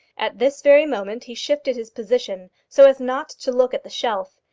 at this very moment he shifted his position so as not to look at the shelf,